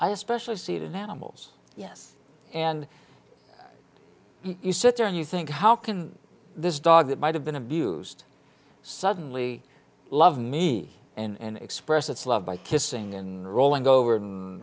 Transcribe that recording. especially seated animals yes and you sit there and you think how can this dog that might have been abused suddenly love me and express its love by kissing and rolling over